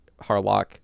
Harlock